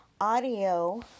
audio